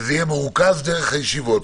שזה יהיה מרוכז דרך הישיבות.